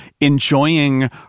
enjoying